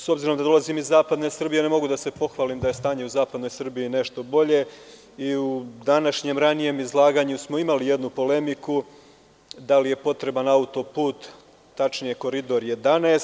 S obzirom da dolazim iz zapadne Srbije ne mogu da se pohvalim da je stanje u zapadnoj Srbiji nešto bolje i u današnjem ranije izlaganju smo imali jednu polemiku da li je potreban autoput, tačnije Koridor 11.